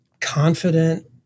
confident